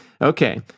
Okay